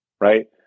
Right